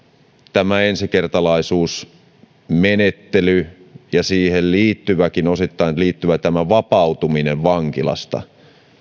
ensikertalaisuusmenettely ja siihen osittain liittyvä vapautuminen vankilasta